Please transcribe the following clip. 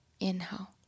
Inhale